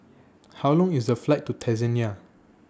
How Long IS The Flight to Tanzania